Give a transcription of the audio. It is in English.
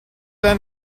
their